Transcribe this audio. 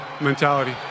mentality